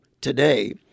today